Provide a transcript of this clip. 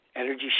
Energy